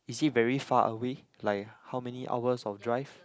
is it very far away like how many hours of drive